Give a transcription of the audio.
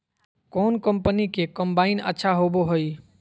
कौन कंपनी के कम्बाइन अच्छा होबो हइ?